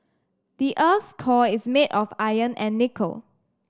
the earth's core is made of iron and nickel